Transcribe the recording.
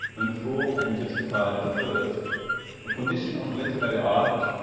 unfold and justify the first a condition of literary art,